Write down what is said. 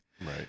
Right